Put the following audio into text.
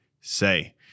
say